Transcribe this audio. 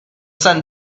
sun